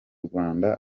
rwanda